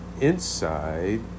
Inside